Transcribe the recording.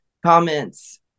comments